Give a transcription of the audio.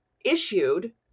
issued